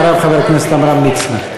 אחריו חבר הכנסת עמרם מצנע.